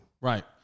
Right